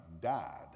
died